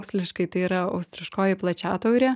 moksliškai tai yra austriškoji plačiataurė